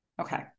Okay